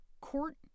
court